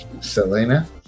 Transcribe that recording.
Selena